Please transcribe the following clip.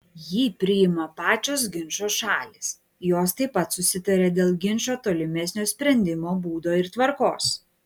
jį priima pačios ginčo šalys jos taip pat susitaria dėl ginčo tolimesnio sprendimo būdo ir tvarkos